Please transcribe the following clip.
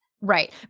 Right